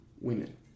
women